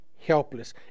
helpless